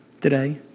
today